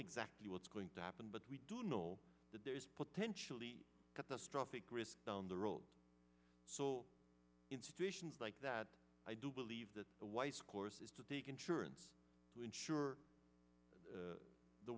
exactly what's going to happen but we do know that there is potentially catastrophic risk down the road so in situations like that i do believe that the wife's course is to take insurance to ensure the